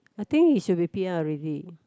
I think he should be P_R already